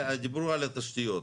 דיברו על התשתיות.